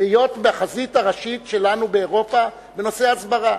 בחזית הראשית שלנו באירופה בנושא הסברה?